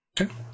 Okay